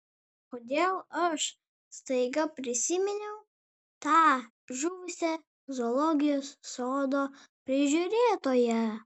kodėl aš staiga prisiminiau tą žuvusią zoologijos sodo prižiūrėtoją